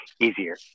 easier